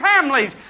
families